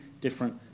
different